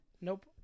Nope